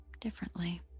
differently